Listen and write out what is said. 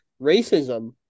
Racism